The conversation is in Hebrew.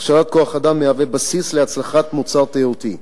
הכשרת כוח-אדם מהווה בסיס להצלחת מוצר תיירותי,